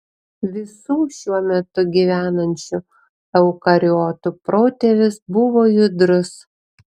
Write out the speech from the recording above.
visų šiuo metu gyvenančių eukariotų protėvis buvo judrus